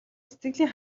сэтгэлийн